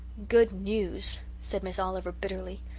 good news! said miss oliver bitterly.